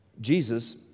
Jesus